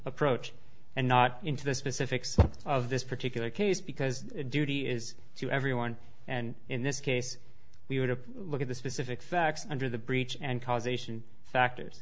approach and not into the specifics of this particular case because duty is to everyone and in this case we were to look at the specific facts under the breech and causation factors